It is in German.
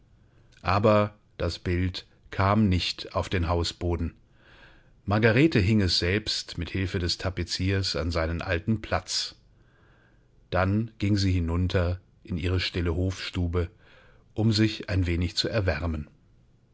aber das bild kam nicht auf den hausboden margarete hing es selbst mit hilfe des tapeziers an seinen alten platz dann ging sie hinunter in ihre stille hofstube um sich ein wenig zu erwärmen